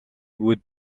would